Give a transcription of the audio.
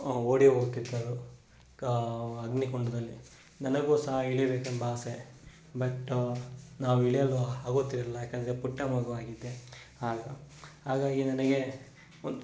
ಓಡಿ ಹೋಗ್ತಿದ್ದರು ಕ ಅಗ್ನಿಕುಂಡದಲ್ಲಿ ನನಗೂ ಸಹ ಇಳಿಯಬೇಕೆಂಬ ಆಸೆ ಬಟ್ ನಾವು ಇಳಿಯಲು ಆಗುತ್ತಿರಲಿಲ್ಲ ಏಕೆಂದ್ರೆ ಪುಟ್ಟ ಮಗು ಆಗಿದ್ದೆ ಆಗ ಹಾಗಾಗಿ ನನಗೆ